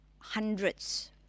hundreds